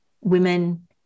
women